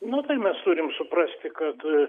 nu tai mes turim suprasti kad